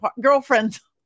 girlfriends